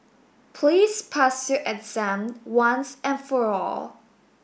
please pass your exam once and for all